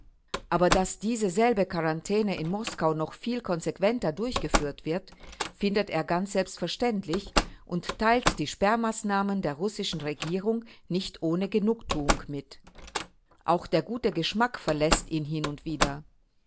aber daß diese selbe quarantäne in moskau noch viel konsequenter durchgeführt wird findet er ganz selbstverständlich und teilt die sperrmaßnahmen der russischen regierung nicht ohne genugtuung mit auch der gute geschmack verläßt ihn hin und wieder